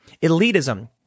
Elitism